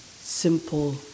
simple